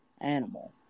animal